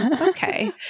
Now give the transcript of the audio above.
Okay